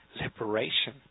liberation